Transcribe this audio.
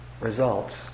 results